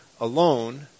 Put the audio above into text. alone